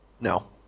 No